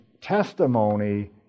testimony